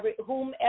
Whomever